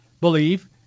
believe